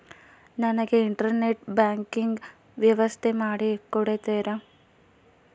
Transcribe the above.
ನನಗೆ internet banking ವ್ಯವಸ್ಥೆ ಮಾಡಿ ಕೊಡ್ತೇರಾ?